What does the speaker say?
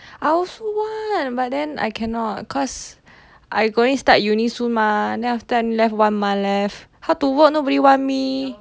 I also want but then I cannot cause I going start uni soon mah then after that left one month left how to work nobody want me